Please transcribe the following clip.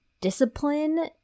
discipline